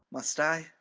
must i?